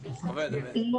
לא.